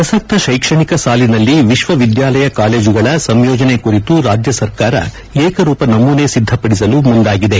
ಪ್ರಸಕ್ತ ಶೈಕ್ಷಣಿಕ ಸಾಲಿನಲ್ಲಿ ವಿಶ್ವವಿದ್ಯಾಲಯ ಕಾಲೇಜುಗಳ ಸಂಯೋಜನೆ ಕುರಿತು ರಾಜ್ಯ ಸರ್ಕಾರ ಏಕರೂಪ ನಮೂನೆ ಸಿದ್ದಪಡಿಸಲು ಮುಂದಾಗಿದೆ